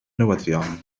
newyddion